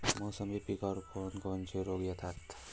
मोसंबी पिकावर कोन कोनचे रोग येतात?